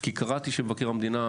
כי קראתי שמבקר המדינה,